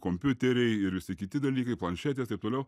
kompiuteriai ir visi kiti dalykai planšetės taip toliau